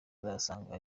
uzasanga